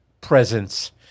presence